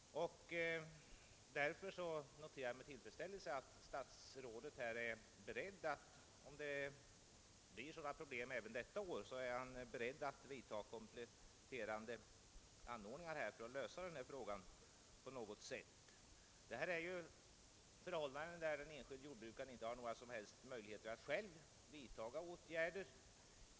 Därför noterar jag med tillfredsställelse att statsrådet är redo att vidta kompletterande åtgärder, om problem av den här arten skulle uppträda även i år. Detta gäller ju förhållanden där den enskilde inte har några som helst möjligheter att själv vidtaga åtgärder.